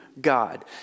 God